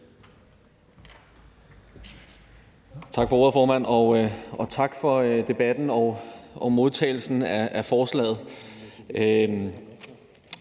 Tak for ordet, formand, og tak for debatten og modtagelsen af